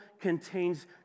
contains